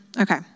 Okay